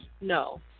No